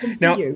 now